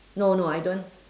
no no I don't